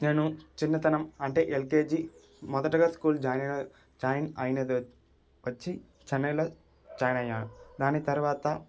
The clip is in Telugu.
నేను చిన్నతనం అంటే ఎల్కేజీ మొదటగా స్కూల్ జాయిన్ అయి జాయిన్ అయిన అయినది వచ్చి చెన్నైలో జాయిన్ అయినాను దాని తర్వాత